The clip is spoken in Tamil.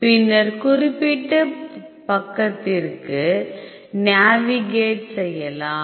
பின்னர் குறிப்பிட்ட பக்கத்திற்கு நேவிகேட் செய்யலாம்